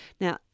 Now